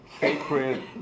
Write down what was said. sacred